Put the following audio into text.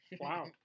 Wow